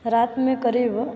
रात में क़रीब